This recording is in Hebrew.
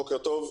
בוקר טוב.